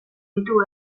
ditu